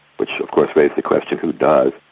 which of course raised the question who does?